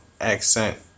accent